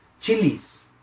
chilies